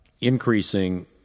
increasing